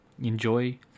Enjoy